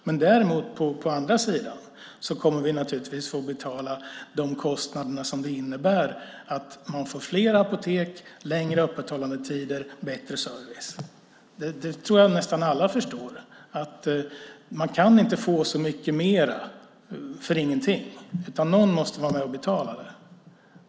Men på andra sidan kommer vi naturligtvis att få betala de kostnader som det innebär att man får fler apotek, längre öppethållandetider och bättre service. Det tror jag att nästan alla förstår; man kan inte få så mycket mer för ingenting, utan någon måste vara med och betala det.